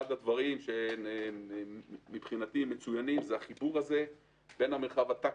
אחד הדברים המצוינים זה החיבור בין המרחב הטקטי,